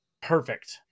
perfect